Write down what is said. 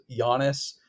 Giannis